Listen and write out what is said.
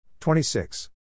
26